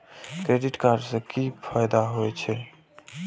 Credit card से कि फायदा होय छे?